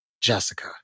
Jessica